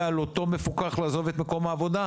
על אותו מפוקח לעזוב את מקום העבודה,